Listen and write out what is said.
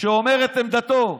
שאומר את עמדתו.